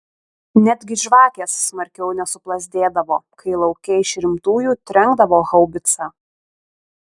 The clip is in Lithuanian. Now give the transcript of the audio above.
netgi žvakės smarkiau nesuplazdėdavo kai lauke iš rimtųjų trenkdavo haubica